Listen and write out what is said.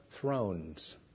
thrones